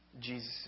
Jesus